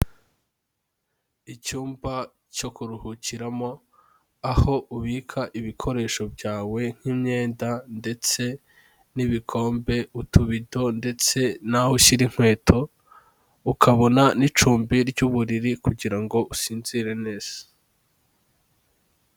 Icyumba cyo kuruhukiramo, aho ubika ibikoresho byawe nk'imyenda ndetse n'ibikombe, utubido ndetse n'aho ushyira inkweto, ukabona n'icumbi ry'uburiri kugira ngo usinzire neza.